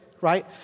right